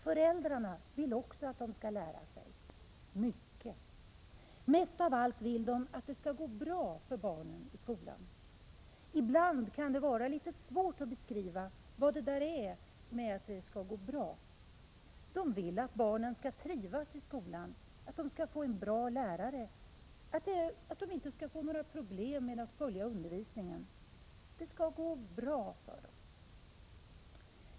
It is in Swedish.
Föräldrarna vill också att barnen skall lära sig — mycket. Mest av allt vill de att det skall gå bra för barnen i skolan. Ibland kan det vara litet svårt att beskriva vad det där med att det skall gå bra innebär. De vill att barnen skall trivas i skolan, att de skall få en bra lärare och att de inte skall få några problem att följa med i undervisningen. Det skall gå bra för dem.